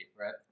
right